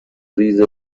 ریز